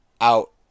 out